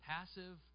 Passive